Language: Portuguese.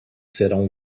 serão